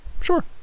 sure